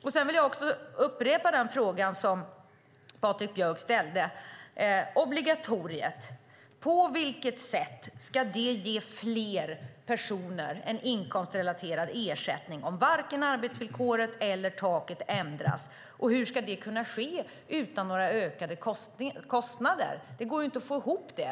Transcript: Jag vill gärna upprepa frågan som Patrik Björck ställde om obligatoriet. Och hur ska det kunna ske utan några ökade kostnader? Det går inte att få ihop det!